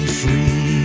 free